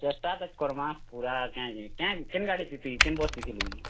ଚେଷ୍ଟା ତ କର୍ମା ପୁରା କାଏଁ ଯେ କାଏଁ କେନ୍ ଗାଡ଼ିଥି ତୁଇ କେନ୍ ବସ୍ରେ ଥିଲୁ